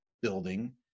building